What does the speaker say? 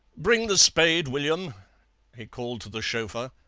bring the spade, william he called to the chauffeur.